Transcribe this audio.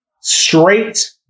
straight